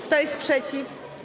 Kto jest przeciw?